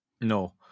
no